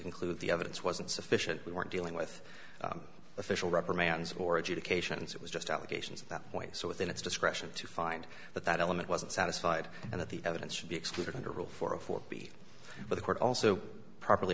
conclude the evidence wasn't sufficient we weren't dealing with official reprimands or educations it was just allegations that point so within its discretion to find that that element wasn't satisfied and that the evidence would be excluded under rule for a fourth be the court also properly